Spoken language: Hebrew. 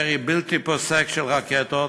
ירי בלתי פוסק של רקטות,